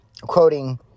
Quoting